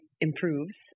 improves